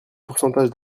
pourcentage